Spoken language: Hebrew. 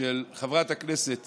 של חברת הכנסת